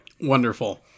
Wonderful